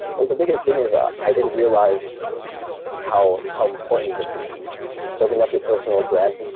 well, the biggest thing is i i didn't realize how how important this would be building up your personal brand,